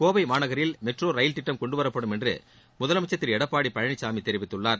கோவை மாநகரில் metro rail திட்டம் கொண்டுவரப்படும் என்று முதலமைச்சர் திரு எடப்பாடி பழனிசாமி தெரிவித்துள்ளார்